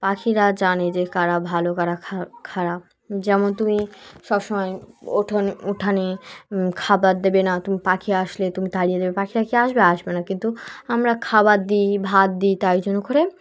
পাখিরা জানে যে কারা ভালো কারা খারাপ যেমন তুমি সব সময় উঠোন উঠানে খাবার দেবে না তুমি পাখি আসলে তুমি তাড়িয়ে দেবে পাখিরা কি আসবে আসবে না কিন্তু আমরা খাবার দিই ভাত দিই তাই জন্য করে